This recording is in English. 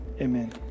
amen